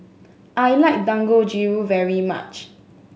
I like Dangojiru very much